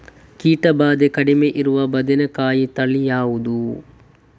ಕೀಟ ಭಾದೆ ಕಡಿಮೆ ಇರುವ ಬದನೆಕಾಯಿ ತಳಿ ಯಾವುದು?